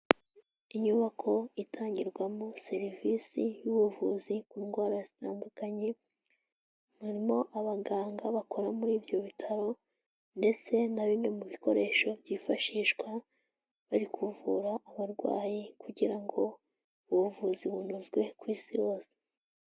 Inyubako itangirwamo serivisi y'ubuvuzi ku ndwara zitandukanye, harimo abaganga bakora muri ibyo bitaro ndetse na bimwe mu bikoresho byifashishwa bari kuvura abarwayi kugira ngo ubuvuzi bunozwe ku isi hose.